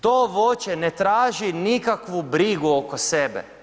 To voće ne traži nikakvu brigu oko sebe.